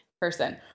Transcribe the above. person